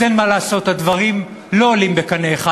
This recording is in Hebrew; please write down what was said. אז אין מה לעשות, הדברים לא עולים בקנה אחד.